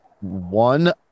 one